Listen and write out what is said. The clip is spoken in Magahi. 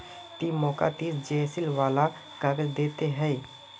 ती मौक तीस जीएसएम वाला काग़ज़ दे ते हैय्